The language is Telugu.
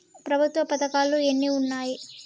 ప్రభుత్వ పథకాలు ఎన్ని ఉన్నాయి?